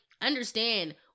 understand